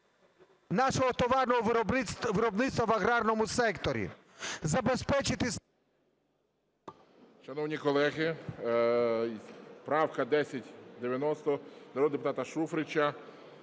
нашого товарного виробництва в аграрному секторі, забезпечити...